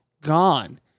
gone